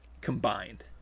combined